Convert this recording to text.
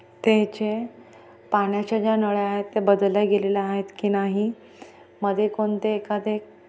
ते जे पाण्याच्या ज्या नळ्या आहेत ते बदलल्या गेलेल्या आहेत की नाही मध्ये कोणते एखादे